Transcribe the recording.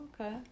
Okay